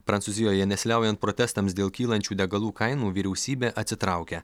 prancūzijoje nesiliaujant protestams dėl kylančių degalų kainų vyriausybė atsitraukia